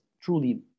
truly